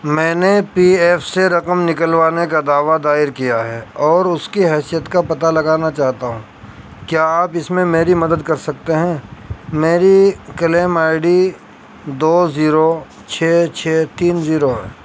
میں نے P F سے رقم نکلوانے کا دعویٰ دائر کیا ہے اور اس کی حیثیت کا پتا لگانا چاہتا ہوں کیا آپ اس میں میری مدد کر سکتے ہیں میری کلیم آئی ڈی ڈی دو زیرو چھ چھ تین زیرو ہے